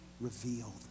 revealed